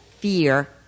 fear